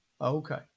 Okay